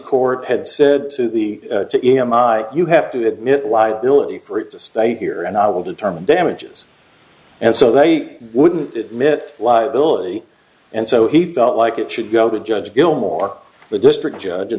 court had said to the to e m i you have to admit liability for it to stay here and i will determine damages and so they wouldn't admit liability and so he felt like it should go to a judge gilmore the district judg